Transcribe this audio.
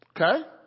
Okay